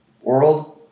world